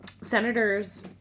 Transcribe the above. senators